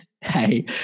Hey